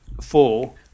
four